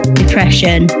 depression